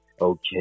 okay